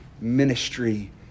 ministry